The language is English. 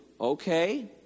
okay